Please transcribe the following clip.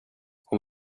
hon